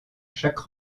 chaque